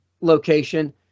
location